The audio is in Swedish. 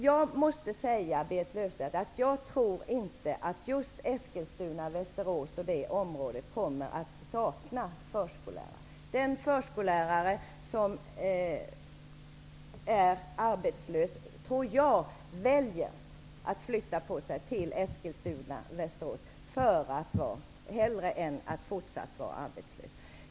Jag tror inte, Berit Löfstedt, att just Eskilstuna och Västerås kommer att sakna förskollärare. Jag tror att den förskollärare som är arbetslös väljer att flytta på sig till Eskilstuna eller Västerås hellre än att fortsätta att vara arbetslös.